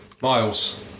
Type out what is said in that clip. Miles